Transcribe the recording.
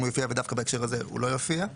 ודווקא בהקשר הזה הוא לא יופיע.